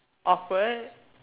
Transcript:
awkward